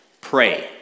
pray